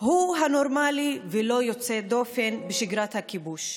הוא נורמלי ולא יוצא דופן בשגרת הכיבוש.